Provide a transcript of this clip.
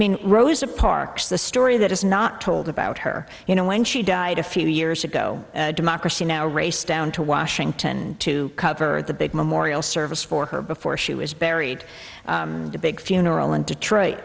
mean rosa parks the story that is not told about her you know when she died a few years ago democracy now raced down to washington to cover the big memorial service for her before she was buried the big funeral in detroit